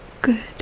good